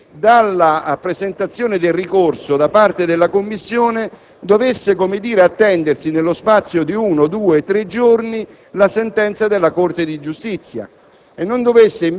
quasi che dalla presentazione del ricorso da parte della Commissione dovesse attendersi nello spazio di uno, due o tre giorni la sentenza della Corte di giustizia